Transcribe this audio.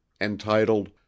entitled